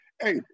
hey